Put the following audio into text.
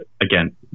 again